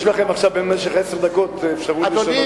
יש לכם עכשיו, במשך עשר דקות, אפשרות לשנות את זה.